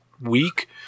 week